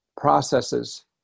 processes